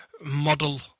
model